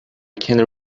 can